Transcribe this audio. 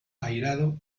airado